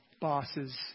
bosses